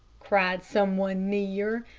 cried some one near.